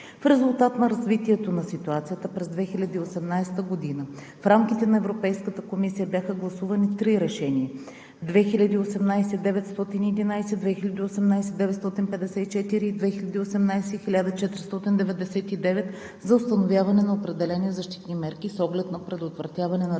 В резултат на развитието на ситуацията през 2018 г. в рамките на Европейската комисия бяха гласувани три решения – (ЕС) 2018/911, (ЕС) 2018/954 и (ЕС) 2018/1499 за установяване на определени защитни мерки с оглед на предотвратяване на